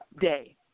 day